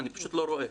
אני פשוט לא רואה.